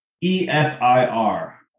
E-F-I-R